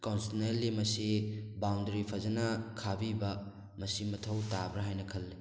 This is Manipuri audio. ꯀꯥꯎꯟꯁꯟꯅꯦꯜꯂꯤ ꯃꯁꯤ ꯕꯥꯎꯟꯗꯔꯤ ꯐꯖꯅ ꯈꯥꯕꯤꯕ ꯃꯁꯤ ꯃꯊꯧ ꯇꯥꯕ꯭ꯔꯥ ꯍꯥꯏꯅ ꯈꯜꯂꯤ